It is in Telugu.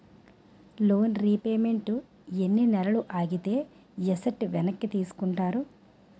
లోన్ రీపేమెంట్ ఎన్ని నెలలు ఆగితే ఎసట్ వెనక్కి తీసుకుంటారు?